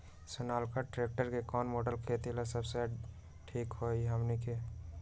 Sonalika tractor के कौन model खेती ला सबसे ठीक होई हमने की?